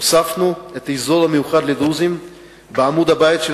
הוספנו אזור מיוחד לדרוזים בעמוד הבית של